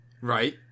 Right